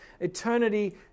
eternity